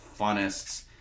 funnest